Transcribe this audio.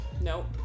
Nope